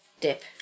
dip